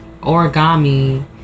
origami